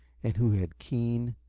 and who had keen,